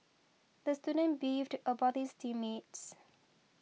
the student beefed about his team mates